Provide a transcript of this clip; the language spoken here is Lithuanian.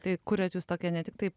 tai kuriat jūs tokia ne tiktai